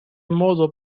modo